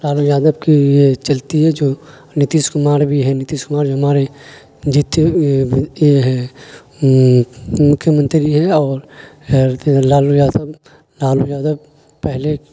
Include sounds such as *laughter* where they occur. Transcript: لالو یادو کی یہ چلتی ہے جو نتیش کمار بھی ہے نتیش کمار جو ہمارے جتی بھی یہ ہے مکھیہ منتری ہے اور *unintelligible* لال یادو لالو یادو پہلے